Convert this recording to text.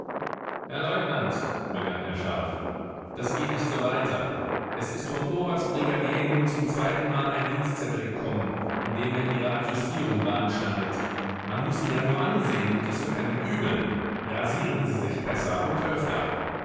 herr leutnant begann er scharf das geht nicht so weiter es ist vom oberstbrigadier nun zum zweiten mal ein dienstzettel gekommen in dem er ihre adjustierung beanstandet man muß sie ja nur ansehen und es wird einem übel rasieren sie sich besser und öfter